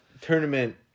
tournament